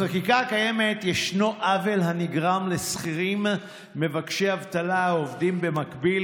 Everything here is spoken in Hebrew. בחקיקה הקיימת ישנו עוול הנגרם לשכירים מבקשי אבטלה העובדים במקביל